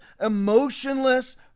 emotionless